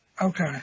Okay